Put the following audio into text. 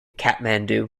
kathmandu